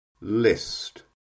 List